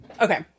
Okay